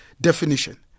definition